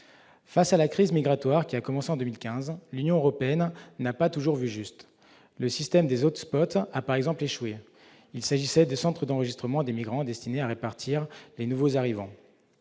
Face à la crise migratoire qui a commencé en 2015, l'Union européenne n'a pas toujours vu juste. Le système des a par exemple échoué. Il s'agissait de centres d'enregistrement des migrants destinés à répartir les nouveaux arrivants.